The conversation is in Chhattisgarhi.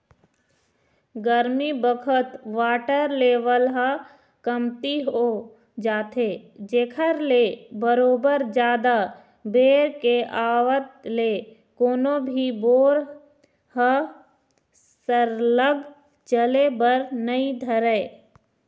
गरमी बखत वाटर लेवल ह कमती हो जाथे जेखर ले बरोबर जादा बेर के आवत ले कोनो भी बोर ह सरलग चले बर नइ धरय